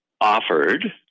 offered